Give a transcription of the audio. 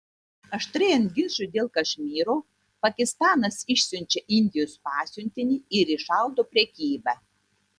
aštrėjant ginčui dėl kašmyro pakistanas išsiunčia indijos pasiuntinį ir įšaldo prekybą